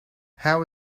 how